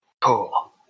Cool